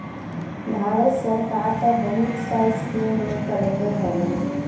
भारत सरकार त बहुत सा स्कीम निकलले हउवन